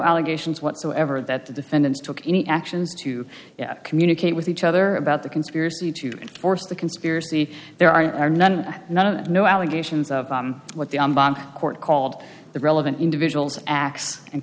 allegations whatsoever that the defendants took any actions to communicate with each other about the conspiracy to force the conspiracy there are none none of them no allegations of what the court called the relevant individuals acts and